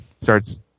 starts